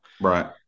Right